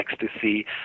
ecstasy